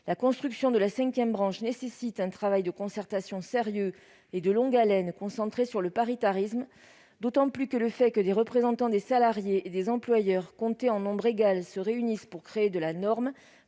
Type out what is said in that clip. La construction de la cinquième branche nécessite un travail de concertation sérieux et de longue haleine, concentré sur le paritarisme, d'autant plus que « le fait que des représentants des salariés et des employeurs, comptés en nombre égal, se réunissent pour créer de la norme,